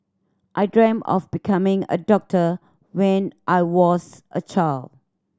I dreamt of becoming a doctor when I was a child